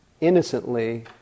innocently